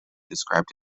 described